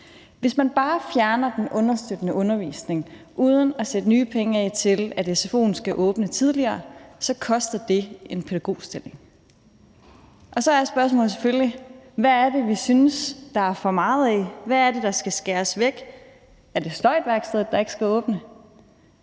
Hvis man bare fjerner den understøttende undervisning uden at sætte nye penge af til, at sfo'en skal åbne tidligere, koster det en pædagogstilling. Så er spørgsmålet selvfølgelig: Hvad er det, vi synes der er for meget af? Hvad er det, der skal skæres væk? Er det sløjdværkstedet, der ikke skal åbne?